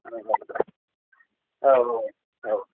ओ औ औ औ औ